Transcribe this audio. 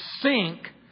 sink